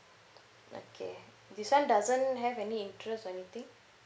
okay this one doesn't have any interest or anything